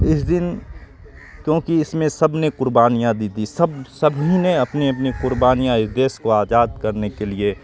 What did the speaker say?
اس دن کیوںکہ اس میں سب نے قربانیاں دی تھیں سب سبھی نے اپنی اپنی قربانیاں اس دیش کو آزاد کرنے کے لیے